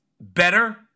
better